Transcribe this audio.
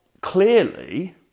clearly